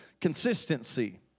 Consistency